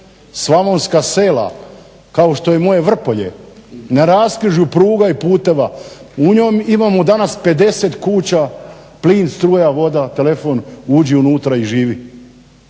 Slavonska sela kao što je moje Vrpolje na raskrižju pruga i puteva u njemu imamo danas 50 kuća plin, struja, voda, telefon, uđi unutra i živi.